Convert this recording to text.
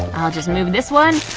i'll just move this one